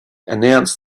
announced